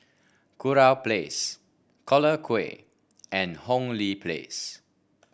Kurau Place Collyer Quay and Hong Lee Place